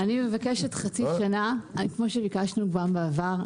אני מבקשת חצי שנה כפי שביקשנו בעבר.